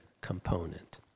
component